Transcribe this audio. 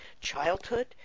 childhood